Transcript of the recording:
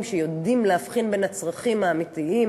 שיודעים להבחין בין הצרכים האמיתיים